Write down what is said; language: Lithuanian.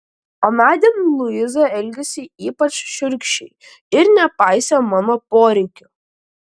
anądien luiza elgėsi ypač šiurkščiai ir nepaisė mano poreikių